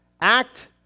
act